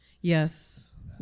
Yes